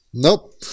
Nope